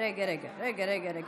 רגע, רגע.